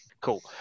Cool